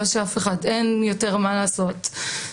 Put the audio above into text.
אין יותר מה לעשות,